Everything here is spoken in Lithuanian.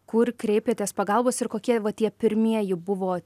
kur kreipiatės pagalbos ir kokie va tie pirmieji buvo